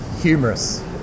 humorous